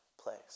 place